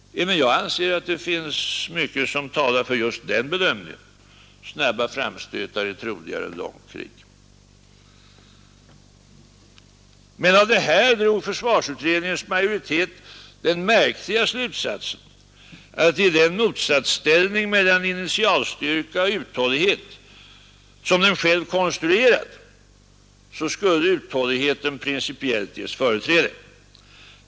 Även jag anser att det finns mycket som talar för just den bedömningen — snabba framstötar är troligare än långt krig. Men av detta drog försvarsutredningens majoritet den märkliga slutsatsen att i den motsatsställning mellan initialstyrka och uthållighet, som den själv konstruerat, skulle uthålligheten principiellt ges företräde.